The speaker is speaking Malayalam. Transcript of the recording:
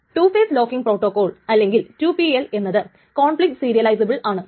ടു ഫേസ് ലോക്കിങ് പ്രോട്ടോകോൾ അല്ലെങ്കിൽ 2 PL എന്നത് കോൺഫ്ലിക്ട് സീരിയലൈസബിൾ ആണ്